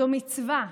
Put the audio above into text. זו מצווה,